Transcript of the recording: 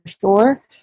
sure